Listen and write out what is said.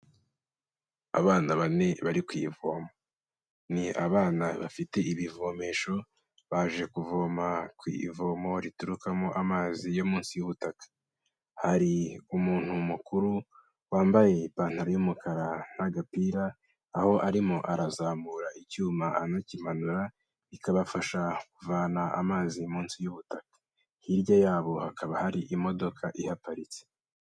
Abana bane bari ku ivomo, ni abana bafite ibivomesho, baje kuvoma ku ivomo riturukamo amazi yo munsi y'ubutaka, hari umuntu mukuru wambaye ipantaro y'umukara n'agapira, aho arimo arazamura icyuma, anakimanura, bikabafasha kuvana amazi munsi y'ubutaka, hirya yabo hakaba hari imodoka ihaparitse.